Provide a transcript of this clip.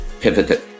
pivoted